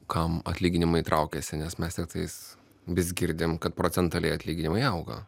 kam atlyginimai traukiasi nes mes ir tais vis girdim kad procentaliai atlyginimai auga